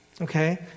Okay